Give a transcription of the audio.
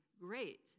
great